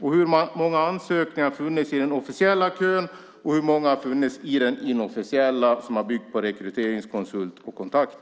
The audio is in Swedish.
Hur många ansökningar har funnits i den officiella kön, och hur många har funnits i den inofficiella som har byggt på rekryteringskonsulter och kontakter?